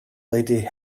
lady